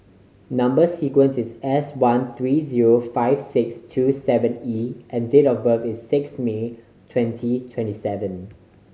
number sequence is S one three zero five six two seven E and date of birth is six May twenty twenty seven